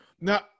now